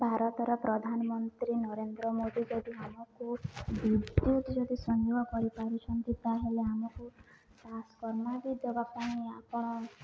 ଭାରତର ପ୍ରଧାନମନ୍ତ୍ରୀ ନରେନ୍ଦ୍ର ମୋଦି ଯଦି ଆମକୁ ବିଦ୍ୟୁତ ଯଦି ସଂଯୋଗ କରିପାରୁଛନ୍ତି ତାହେଲେ ଆମକୁ ଟ୍ରାନ୍ସଫର୍ମର୍ ବି ଦେବା ପାଇଁ ଆପଣ